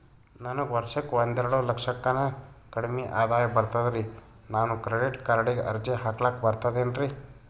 ನನಗ ವರ್ಷಕ್ಕ ಒಂದೆರಡು ಲಕ್ಷಕ್ಕನ ಕಡಿಮಿ ಆದಾಯ ಬರ್ತದ್ರಿ ನಾನು ಕ್ರೆಡಿಟ್ ಕಾರ್ಡೀಗ ಅರ್ಜಿ ಹಾಕ್ಲಕ ಬರ್ತದೇನ್ರಿ?